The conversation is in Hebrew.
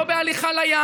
לא בהליכה לים.